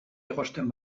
egosten